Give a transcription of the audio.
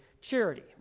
charity